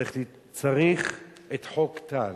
צריך את חוק טל,